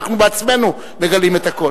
אנחנו בעצמנו מגלים את הכול.